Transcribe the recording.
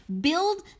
Build